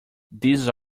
these